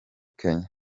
kenya